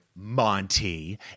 Monty